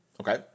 okay